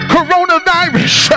Coronavirus